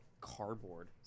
cardboard